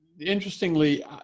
Interestingly